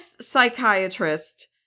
psychiatrist